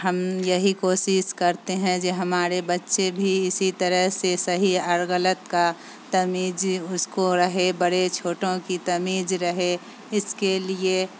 ہم یہی کوشش کرتے ہیں جی ہمارے بچے بھی اسی طرح سے صحیح ار غلط کا تمیز اس کو رہے برے چھوٹوں کی تمیز رہے اس کے لیے